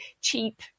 cheap